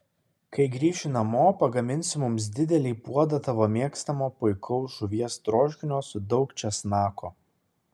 kai grįši namo pagaminsiu mums didelį puodą tavo mėgstamo puikaus žuvies troškinio su daug česnako